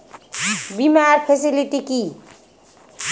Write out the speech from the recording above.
বীমার ফেসিলিটি কি?